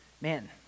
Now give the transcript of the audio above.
Man